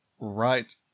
Right